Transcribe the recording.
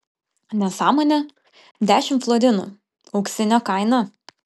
nesąmonė dešimt florinų auksinė kaina